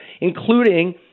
including